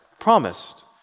promised